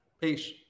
Peace